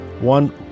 one